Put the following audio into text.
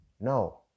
No